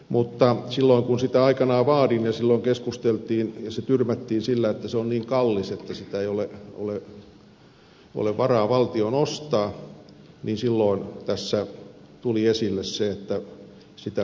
mutta silloin kun sitä aikanaan vaadin ja keskusteltiin ja se tyrmättiin sillä että se on niin kallis että sitä ei ole varaa valtion ostaa tässä tuli esille se että sitä on selvitetty